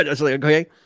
Okay